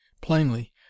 Plainly